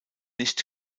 nicht